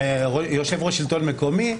יושב-ראש שלטון מקומי,